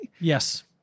Yes